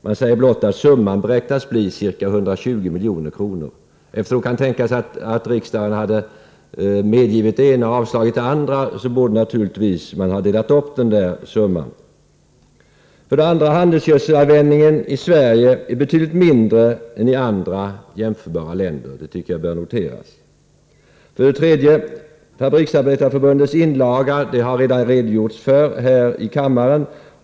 Man säger blott att summan beräknas bli ca 120 milj.kr. Eftersom riksdagen hade kunnat medge det ena och avslå det andra, borde man naturligtvis ha delat upp den här summan. För det andra: Handelsgödselanvändningen i Sverige är betydligt mindre än i andra jämförbara länder. Det tycker jag bör noteras. För det tredje: Fabriksarbetareförbundets inlaga har man redan redogjort för här i kammaren.